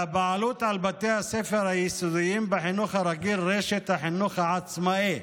והבעלות על בתי הספר היסודיים בחינוך הרגיל רשת החינוך העצמאי.